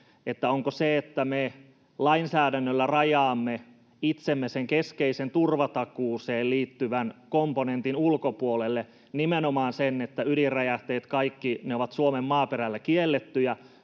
sen, onko se, että me lainsäädännöllä rajaamme itsemme sen keskeisen turvatakuuseen liittyvän komponentin ulkopuolelle, nimenomaan sen, että ydinräjähteet, kaikki ne, ovat Suomen maaperällä kiellettyjä